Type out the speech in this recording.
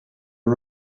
are